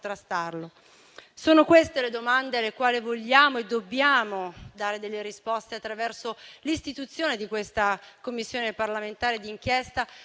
Sono queste le domande alle quali vogliamo e dobbiamo dare delle risposte attraverso l'istituzione di questa Commissione parlamentare di inchiesta,